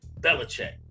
Belichick